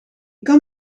kan